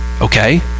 okay